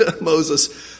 Moses